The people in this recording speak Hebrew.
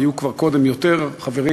היו קודם יותר חברים,